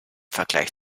vergleich